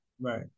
Right